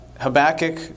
Habakkuk